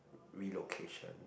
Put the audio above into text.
relocation